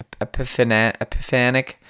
Epiphanic